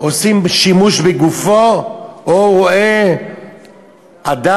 עושים שימוש בגופו או שהוא רואה אדם,